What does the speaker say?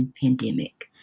pandemic